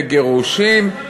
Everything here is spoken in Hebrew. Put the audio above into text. וגירושין.